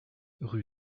rue